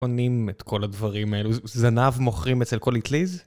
קונים את כל הדברים האלו, זנב מוכרים אצל כל איטליז?